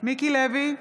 מיקי לוי,